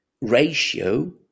ratio